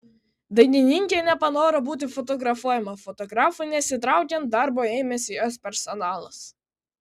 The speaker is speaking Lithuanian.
dainininkė nepanoro būti fotografuojama fotografui nesitraukiant darbo ėmėsi jos personalas